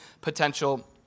potential